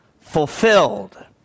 fulfilled